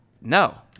No